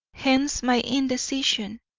hence my indecision,